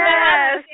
Yes